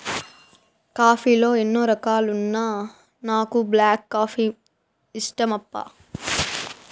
coffee లో ఎన్నో రకాలున్నా నాకు బ్లాక్ కాఫీనే ఇష్టమప్పా